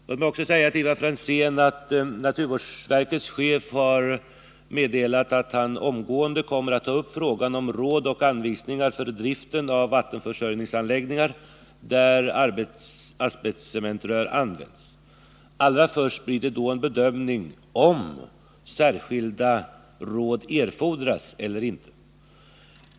Låt mig också säga till Ivar Franzén att naturvårdsverkets chef har meddelat att han omgående kommer att ta upp frågan om råd och anvisningar för driften av vattenförsörjningsanläggningar där asbestcementrör används. Allra först blir det då en bedömning om särskilda råd erfordras eller inte.